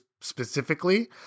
specifically